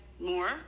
more